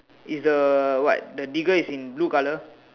is the what the digger is in blue colour